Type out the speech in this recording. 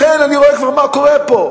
לכן, אני רואה כבר מה קורה פה.